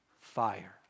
fire